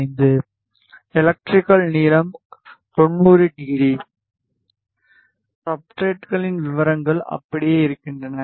75 electrical நீளம் 90 degree சப்ஸ்ட்ரட்களின் விவரங்கள் அப்படியே இருக்கின்றன